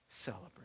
celebrate